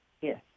Yes